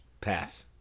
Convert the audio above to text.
Pass